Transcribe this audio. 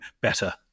better